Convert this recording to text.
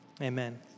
amen